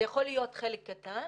זה יכול להיות חלק קטן,